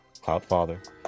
Cloudfather